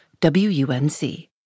WUNC